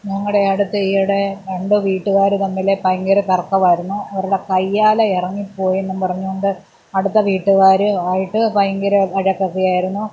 ഞങ്ങളുടെ അടുത്ത് ഈയിടെ രണ്ടു വീട്ടുകാർ തമ്മിൽ ഭയങ്കര തർക്കമായിരുന്നു അവരുടെ കയ്യാലെ ഇറങ്ങിപ്പോയെന്നും പറഞ്ഞുകൊണ്ട് അടുത്തവീട്ടുകാർ ആയിട്ട് ഭയങ്കര വഴക്കൊക്കെയായിരുന്നു